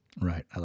Right